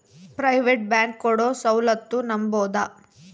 Private bank ಕೊಡೊ ಸೌಲತ್ತು ನಂಬಬೋದ?